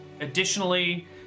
Additionally